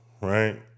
right